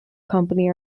company